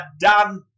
done